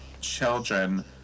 children